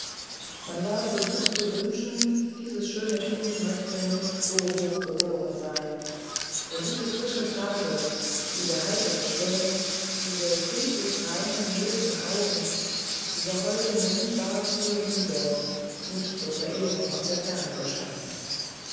man war versucht zu wünschen dieses schöne kind möchte nicht so hoch geboren sein denn diese frische farbe diese heitere stirne diese kindlich reinen milden augen dieser holde mund war zur liebe nicht zur verehrung aus der ferne geschaffen